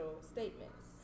statements